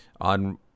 on